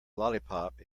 lollipop